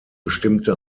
bestimmte